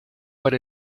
but